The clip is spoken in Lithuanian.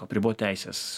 apribot teises